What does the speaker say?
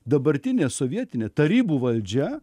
dabartinė sovietinė tarybų valdžia